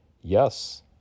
Yes